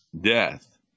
death